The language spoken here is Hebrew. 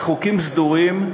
לחוקים סדורים,